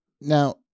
now